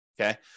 okay